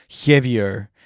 heavier